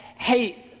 Hey